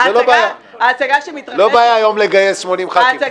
זה לא בעיה היום לגייס 80 חברי כנסת.